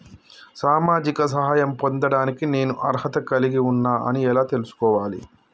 సామాజిక సహాయం పొందడానికి నేను అర్హత కలిగి ఉన్న అని ఎలా తెలుసుకోవాలి?